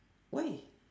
why